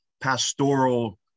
pastoral